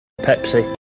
Pepsi